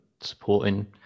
supporting